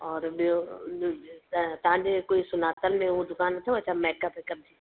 और ॿियो तव्हांजे कोई सुञातल में हू दुकान अथव छा मेकअप वेकअप जी